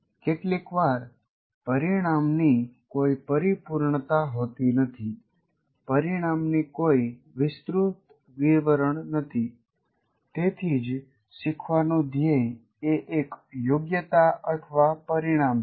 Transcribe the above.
કેટલીકવાર પરિણામની કોઈ પરિપૂર્ણતા હોતી નથી પરિણામની કોઈ વિસ્તૃત વિવરણ નથી તેથી જ શીખવાનું ધ્યેય એ એક યોગ્યતા અથવા પરિણામ છે